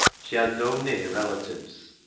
she had no near relatives.